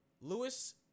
Lewis